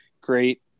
Great